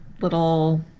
little